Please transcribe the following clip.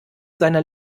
seiner